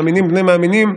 מאמינים בני מאמינים,